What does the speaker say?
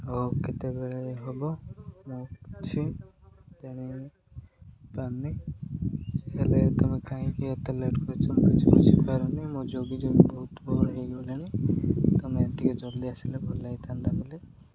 ହଉ କେତେବେଳେ ହବ ମୁଁ କିଛି ଜାଣି ପାରୁନି ହେଲେ ତମେ କାହିଁକି ଏତେ ଲେଟ୍ କରିଛ ମୁଁ କିଛି ବୁଝି ପାରୁନି ମୋ ଜଗି ଜଗି ବହୁତ ବୋର୍ ହେଇଗଲିଣି ତମେ ଟିକେ ଜଲ୍ଦି ଆସିଲେ ଭଲ ହେଇଥାନ୍ତା ବୋଲେ